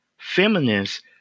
Feminists